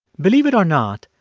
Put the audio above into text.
believe it or not,